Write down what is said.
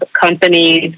companies